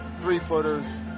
three-footers